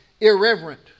irreverent